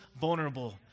vulnerable